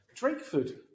Drakeford